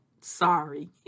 sorry